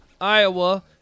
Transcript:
Iowa